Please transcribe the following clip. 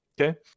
Okay